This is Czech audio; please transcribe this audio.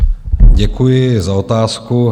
Děkuji za otázku.